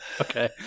Okay